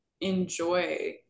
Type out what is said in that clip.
enjoy